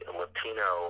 latino